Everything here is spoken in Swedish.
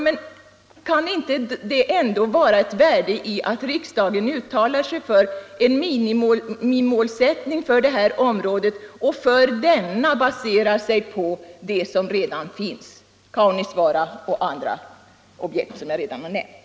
Men kan det ändå inte vara av värde att riksdagen uttalar sig för en minimimålsättning för det här området och baserar denna på det som redan finns — Kaunisvaara och de andra objekt jag tidigare nämnt.